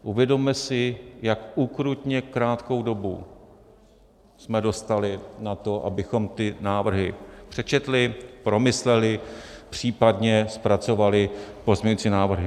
Uvědomme si, jak ukrutně krátkou dobu jsme dostali na to, abychom ty návrhy přečetli, promysleli, případně zpracovali pozměňovací návrhy.